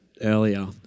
Earlier